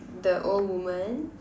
the old woman